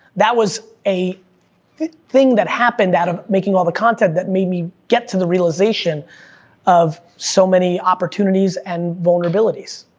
that was a thing that happened out of making all the content, that made me get to the realization of, so many opportunities and vulnerabilities.